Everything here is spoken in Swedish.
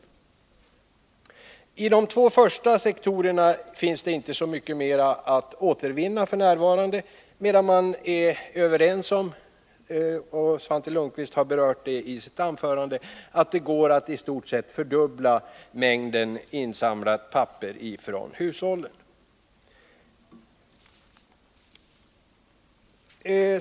När det gäller de två första sektorerna finns det f. n. inte så mycket mer att återvinna. Däremot är man överens om — Svante Lundkvist har också berört det i sitt anförande — att det går att i stort sett fördubbla mängden insamlat papper från hushållen.